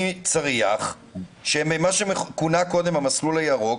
צריח במה שכונה קודם "המסלול הירוק",